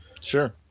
Sure